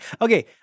Okay